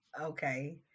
okay